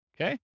okay